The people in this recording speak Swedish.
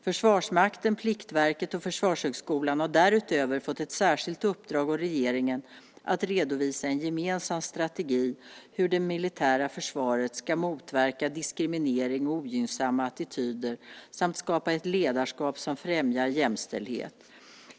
Försvarsmakten, Pliktverket och Försvarshögskolan har därutöver fått ett särskilt uppdrag av regeringen att redovisa en gemensam strategi för hur det militära försvaret ska motverka diskriminering och ogynnsamma attityder samt skapa ett ledarskap som främjar jämställdhet.